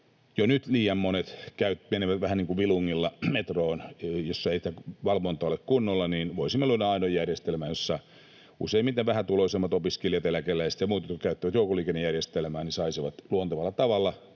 jo nyt liian monet menevät vähän niin kuin vilungilla metroon, jossa ei valvontaa ole kunnolla. Voisimme luoda aidon järjestelmän, jossa useimmiten vähätuloisemmat — opiskelijat, eläkeläiset ja muut — jotka käyttävät joukkoliikennejärjestelmää, saisivat luontevalla tavalla...